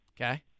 Okay